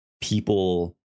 people